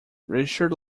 richard